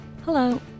Hello